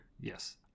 yes